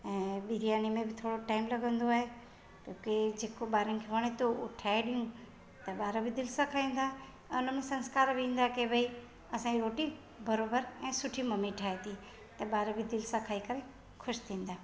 ऐं बिरयानी में थोरो टाइम लॻंदो आहे कयोकि जेको ॿारनि खे वणे थो उहो ठाहे ॾियो त ॿार बि दिलि सां खाईंदा अ उन में संस्कार बि वेंदा की भाई असांजी रोटी बराबरि ऐं सुठी मम्मी ठाहे थी त ॿार बि दिलि सां खाई करे ख़ुशि थींदा